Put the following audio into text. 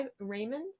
Raymond